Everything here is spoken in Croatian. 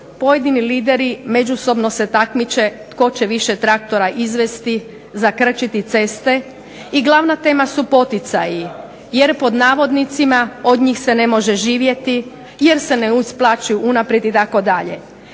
pojedini lideri međusobno se takmiče tko će više traktora izvesti, zakrčiti ceste. I glavna tema su poticaji, jer pod navodnicima od njih se ne može živjeti jer se ne isplaćuju unaprijed itd.